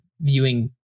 viewing